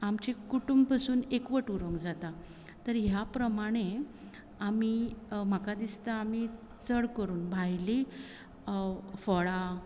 आम कुटुंबसून एकवट उरोंक जाता तर ह्या प्रमाणे आमी म्हाका दिसता आमी चड करून भायली फळां